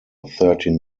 thirteen